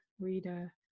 reader